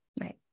right